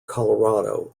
colorado